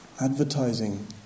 Advertising